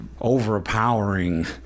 overpowering